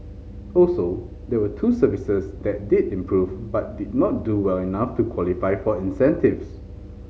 also there were two services that did improve but did not do well enough to qualify for incentives